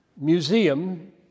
museum